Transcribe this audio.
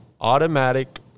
Automatic